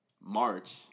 March